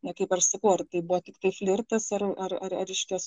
na kaip ir sakau ar tai buvo tikrai flirtas ar ar ar išties